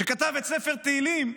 שכתב את ספר תהילים,